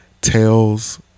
Tales